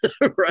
right